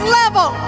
level